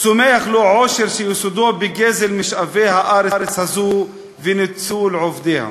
צומח לו עושר שיסודו בגזל משאבי הארץ הזאת וניצול עובדיה.